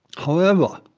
however,